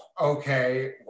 Okay